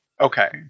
Okay